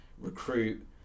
recruit